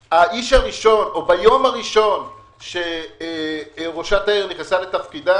ביום הראשון שראשת העיר נכנסה לתפקידה